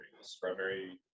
Strawberry